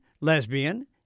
lesbian